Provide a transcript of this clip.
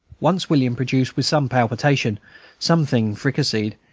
once william produced with some palpitation something fricasseed,